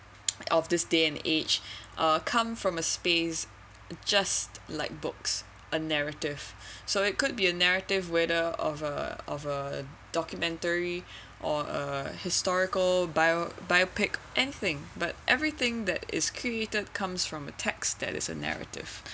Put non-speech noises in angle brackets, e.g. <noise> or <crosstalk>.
on this day and age uh come from a space just like books a narrative <breath> so it could be a narrative whether of a of a documentary or a historical bio~ biopics anything but everything that is created comes from a text that is a narrative